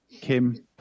Kim